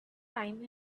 time